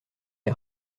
les